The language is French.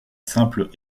simple